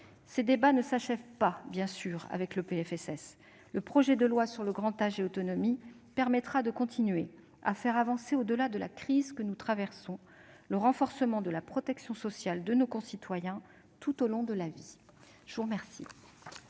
Ces débats ne s'achèvent pas, bien sûr, avec ce PLFSS ; le projet de loi sur le grand âge et l'autonomie permettra de continuer à faire avancer, au-delà de la crise que nous traversons, le renforcement de la protection sociale de nos concitoyens tout au long de la vie. La parole